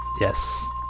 Yes